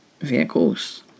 vehicles